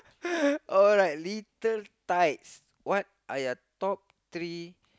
alright little tight what are your top three